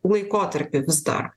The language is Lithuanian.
laikotarpy vis dar